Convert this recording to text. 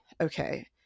okay